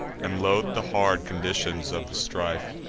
and loath'd the hard conditions of the strife,